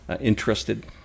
interested